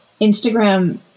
Instagram